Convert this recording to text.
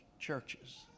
churches